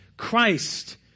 Christ